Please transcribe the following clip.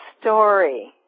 story